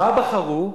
מה בחרו?